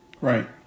Right